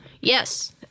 Yes